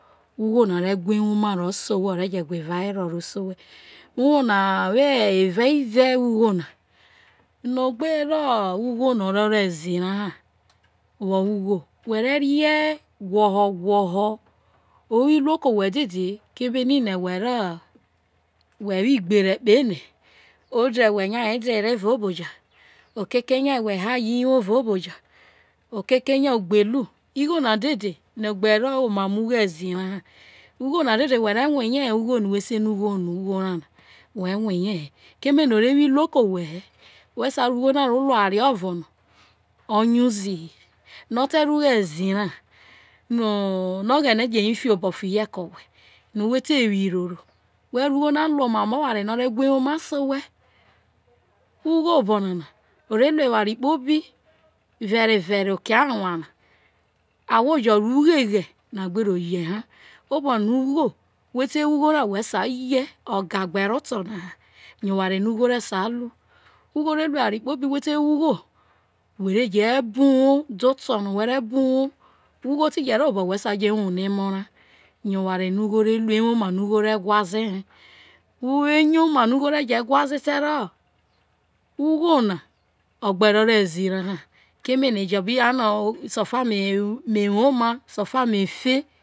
Ugho na o re wha ewoma se owhe o ve jo wa ever were ova ive ugho nano gbe ro ugho no o ro oro ezi rai ha woho ugho who re rie whohowho o nino whe who. Igbere ode who haya uwuo evao oboje okeke rie ogbe ru ugho na o re wo ke owhe he vere vere oke awna ahwo jo̱ a ro iugheghe obona na who te who ugho ra who sai ye oga gbe ro oto na ha yo̱ owari no ugho o̱ sia ru who oware no ugho who sai bo uwuo je wuhue emo rai kpoho isukulu eyoma no ugho na o gbe ro ore ezi rai ha keme ejo be ta no sofa me woma sofa me woma mefe